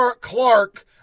Clark